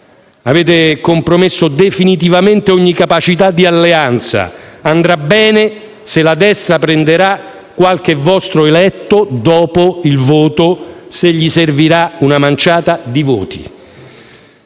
Avrete compromesso definitivamente ogni capacità di alleanza; andrà bene se la destra prenderà qualche vostro eletto dopo il voto, se gli servirà una manciata di voti,